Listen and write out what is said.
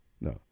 No